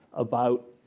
about